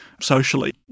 socially